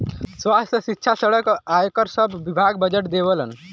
स्वास्थ्य, सिक्षा, सड़क, आयकर सब विभाग बजट देवलन